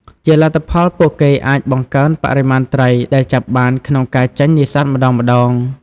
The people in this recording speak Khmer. ជាលទ្ធផល ពួកគេអាចបង្កើនបរិមាណត្រីដែលចាប់បានក្នុងការចេញនេសាទម្តងៗ។